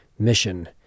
mission